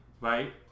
Right